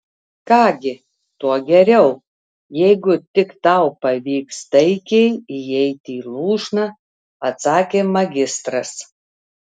ką gi tuo geriau jeigu tik tau pavyks taikiai įeiti į lūšną atsakė magistras